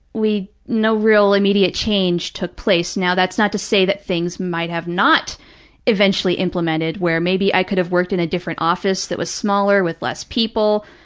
no real immediate change took place. now, that's not to say that things might have not eventually implemented, where maybe i could have worked in a different office that was smaller, with less people,